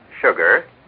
sugar